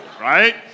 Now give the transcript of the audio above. right